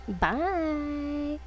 Bye